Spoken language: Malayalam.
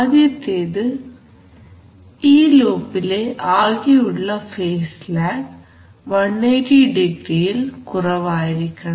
ആദ്യത്തേത് ഈ ലൂപ്പിലെ ആകെയുള്ള ഫേസ് ലാഗ് 180 ഡിഗ്രിയിൽ കുറവായിരിക്കണം